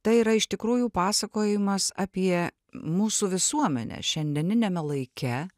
tai yra iš tikrųjų pasakojimas apie mūsų visuomenę šiandieniniame laike